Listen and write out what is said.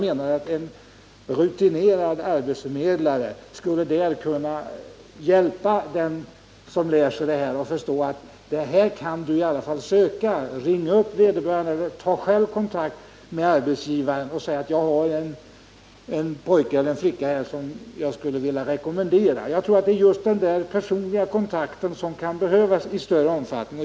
En rutinerad arbetsförmedlare skulle kunna hjälpa dem som läser platsjournalerna att förstå att de i alla fall kan söka sådana jobb. Han kan själv ta kontakt med arbetsgivare och säga: Jag har en pojke eller flicka här som jag skulle vilja rekommendera. Jag tror att det är en sådan personlig kontakt som kan behövas i större omfattning.